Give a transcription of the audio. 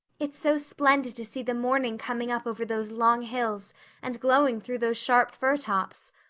it's so splendid to see the morning coming up over those long hills and glowing through those sharp fir tops.